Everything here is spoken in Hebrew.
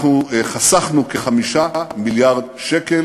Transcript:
אנחנו חסכנו כ-5 מיליארד שקלים